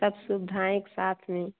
सब सुविधाएँ एक साथ में